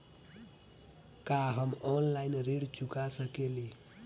का हम ऑनलाइन ऋण चुका सके ली?